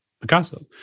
Picasso